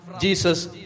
Jesus